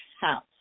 house